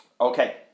Okay